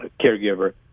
caregiver